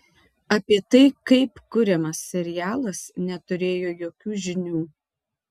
apie tai kaip kuriamas serialas neturėjo jokių žinių